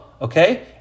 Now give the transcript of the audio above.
Okay